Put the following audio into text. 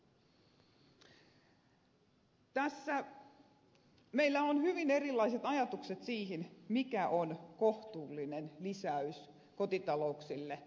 tässä meillä on hyvin erilaiset ajatukset siitä mikä on kohtuullinen lisäys kotitalouksille ja mikä ei